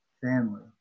family